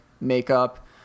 makeup